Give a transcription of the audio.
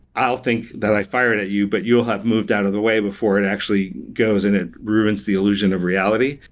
i'll think that i fired at you but you will have moved out of the way before it actually goes and it ruins the illusion of reality.